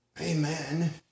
amen